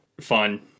fun